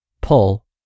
pull